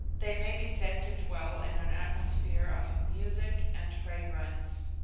they may be said to dwell in an atmosphere of music and fragrance.